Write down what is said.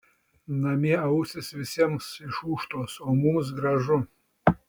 namie ausys visiems išūžtos o mums gražu